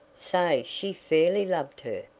say she fairly loved her,